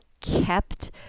kept